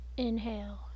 Inhale